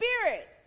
spirit